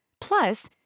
Plus